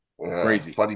Crazy